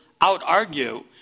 out-argue